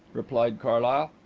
replied carlyle.